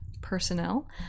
personnel